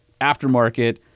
aftermarket